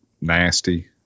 nasty